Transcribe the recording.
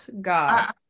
God